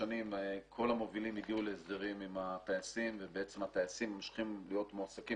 כל המובילים הגיעו להסדרים עם הטייסים ובעצם הטייסים ממשיכים להיות מועסקים